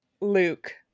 Luke